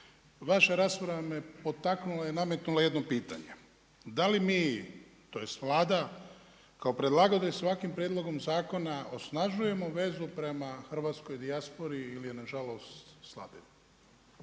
vaša rasprava me potaknula i nametnula jedno pitanje. Da li mi tj. Vlada kao predlagatelj svakim prijedlogom zakona osnažujemo vezu prema hrvatskoj dijaspori ili je nažalost slabimo?